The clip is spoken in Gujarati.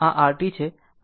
આમ 6 5 sinθ ω t છે